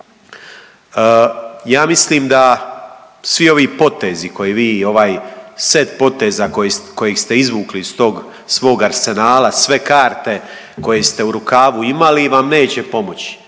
Ja mislim da svi ovi potezi koje vi i ovaj set poteza koje ste izvukli iz tog svog arsenala sve karte koje ste u rukavu imali vam neće pomoći.